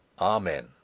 Amen